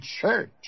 church